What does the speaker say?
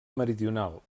meridional